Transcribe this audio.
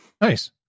Nice